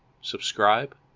subscribe